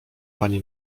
pani